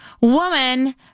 woman